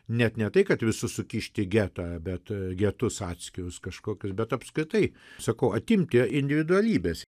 net ne tai kad visus sukišti į getą bet getus atskirus kažkokius bet apskritai sakau atimti individualybės